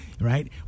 right